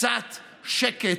קצת שקט,